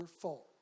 fault